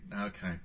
Okay